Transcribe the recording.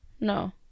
no